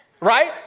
right